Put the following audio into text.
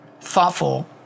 thoughtful